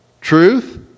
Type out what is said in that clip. Truth